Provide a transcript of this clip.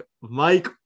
Mike